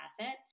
asset